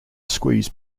squeeze